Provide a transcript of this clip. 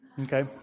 okay